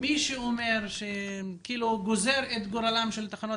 שמי שכאילו גוזר את גורלן של תחנות